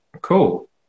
Cool